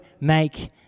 make